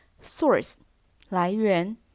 source,来源